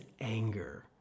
anger